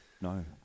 No